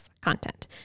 content